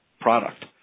product